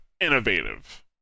innovative